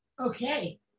okay